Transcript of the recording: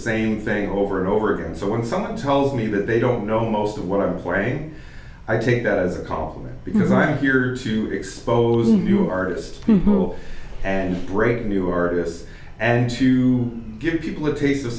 same thing over and over again so when someone tells me that they don't know most of what i'm playing i take that as a compliment because i'm here to expose a new artist who will and bring new artists and to give people a taste of